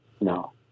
No